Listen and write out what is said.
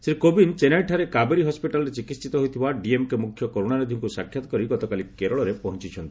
ଶ୍ରୀ କୋବିନ୍ଦ ଚେନ୍ନାଇଠାରେ କାବେରୀ ହସ୍କିଟାଲ୍ରେ ଚିକିିିିିତ ହେଉଥିବା ଡିଏମ୍କେ ମୁଖ୍ୟ କରୁଣାନିଧିଙ୍କୁ ସାକ୍ଷାତ କରିବା ପରେ ଗତକାଲି କେରଳରେ ପହଞ୍ଚ୍ଚନ୍ତି